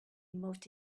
moved